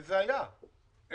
זה היה אלא